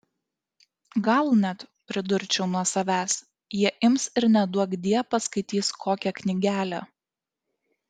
gal net pridurčiau nuo savęs jie ims ir neduokdie paskaitys kokią knygelę